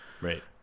Right